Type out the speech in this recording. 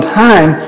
time